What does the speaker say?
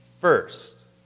first